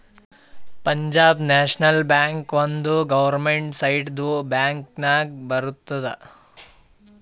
Punjab national bank ಒಂದ್ government ಸೆಕ್ಟರ್ದು bank ನಾಗ್ ಬರ್ತುದ್